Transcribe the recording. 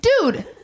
Dude